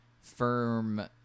firm